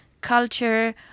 culture